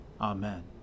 Amen